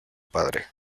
padre